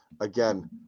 again